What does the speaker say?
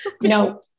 no